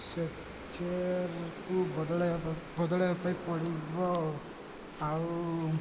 ସେଥିକୁ ବଦଳାଇବା ବଦଳାଇବା ପାଇଁ ପଡ଼ିବ ଆଉ